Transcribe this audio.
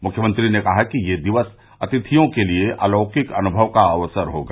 मुख्यमंत्री ने कहा कि यह दिवस अतिथियों के लिये अलौकिक अनुभव का अवसर होगा